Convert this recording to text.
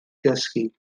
gysgu